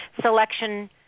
selection